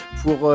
pour